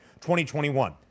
2021